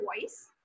voice